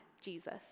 Jesus